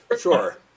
Sure